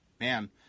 man